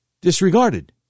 disregarded